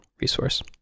resource